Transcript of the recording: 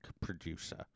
producer